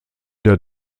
der